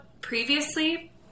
previously